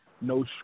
No